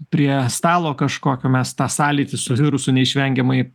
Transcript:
prie stalo kažkokio mes tą sąlytį su virusu neišvengiamai